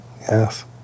Yes